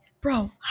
bro